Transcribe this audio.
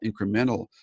incremental